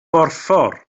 borffor